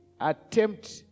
attempt